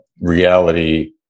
reality